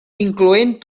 incloent